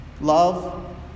Love